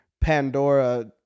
Pandora